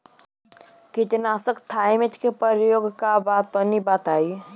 कीटनाशक थाइमेट के प्रयोग का बा तनि बताई?